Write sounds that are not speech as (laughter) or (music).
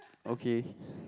okay (breath)